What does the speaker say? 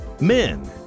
Men